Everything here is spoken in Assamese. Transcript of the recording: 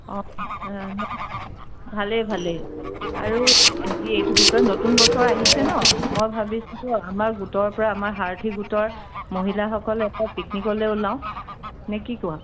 অঁ নাই ভালেই ভালেই আৰু হেৰি এইটো কি কয় নতুন বছৰ আহিছে ন মই ভাবিছিলোঁ আমাৰ গোটৰপৰা আমাৰ সাৰথি গোটৰ মহিলাসকলে এটা পিকনিকলৈ ওলাও নে কি কোৱা